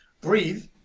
breathe